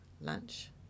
lunch